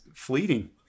fleeting